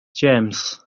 james